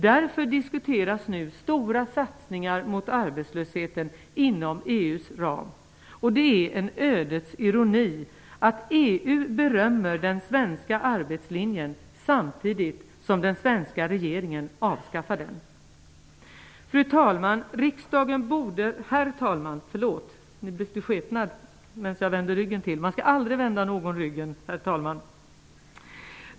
Därför diskuteras nu stora satsningar mot arbetslösheten inom EU:s ram. Det är en ödets ironi att EU berömmer den svenska arbetslinjen samtidigt som den svenska regeringen avskaffar den. Fru talman! Förlåt -- herr talman! Talmannen bytte skepnad medan jag vände ryggen till. Det visar att man aldrig skall vända någon ryggen.